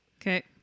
Okay